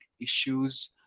issues